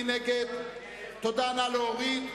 מפעלי משרד ראש הממשלה,